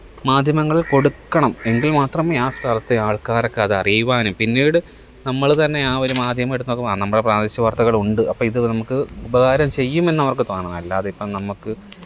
മാധ്യമങ്ങള് കൊടുക്കണം എങ്കില് മാത്രമേ ആ സ്ഥലത്തെ ആള്ക്കാര്ക്കതറിയുവാനും പിന്നീട് നമ്മള് തന്നെ ആ ഒര് മാധ്യമം നോക്കുമ്പോൾ ആ നമ്മുടെ പ്രാദേശിക വാര്ത്തകളുണ്ട് അപ്പം ഇത് നമുക്ക് ഉപകാരം ചെയ്യുമെന്നവര്ക്ക് തോന്നണം അല്ലാതിപ്പം നമുക്ക്